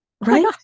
right